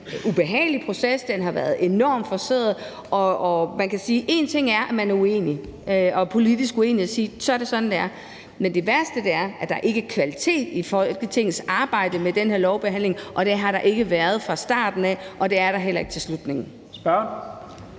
ubehagelig proces. Den har været enormt forceret, og man kan sige, at en ting er, at man er politisk uenig, og at man siger, at så er det sådan, det er, men det værste er, at der ikke er kvalitet i Folketingets arbejde med den her lovbehandling. Det har der ikke været fra starten af, og det er der heller ikke til slut. Kl.